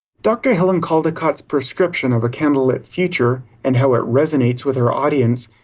dr. helen caldicott's prescription of a candle-lit future, and how it resonates with her audience,